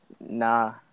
Nah